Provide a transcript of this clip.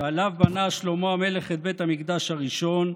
שעליו בנה שלמה המלך את בית המקדש הראשון,